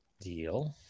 Deal